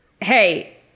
hey